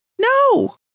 No